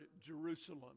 Jerusalem